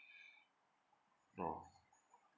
no